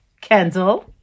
Kendall